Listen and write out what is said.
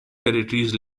territories